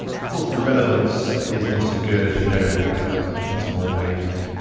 of course the relevance is not so good as you go into more pages.